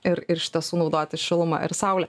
ir ir šita sunaudoti šilumą ir saulę